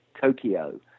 Tokyo